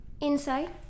Inside